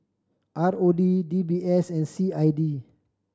R O D D B S and C I D